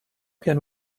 can